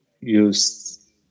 use